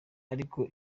ariko